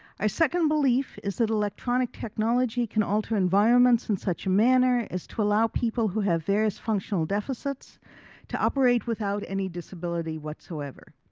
ah second belief is that electronic technology can alter environments in such a manner as to allow people who have various functional deficits to operate without any disability whatsoever.